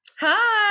Hi